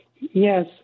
Yes